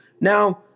Now